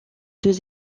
deux